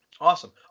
Awesome